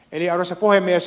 arvoisa puhemies